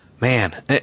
Man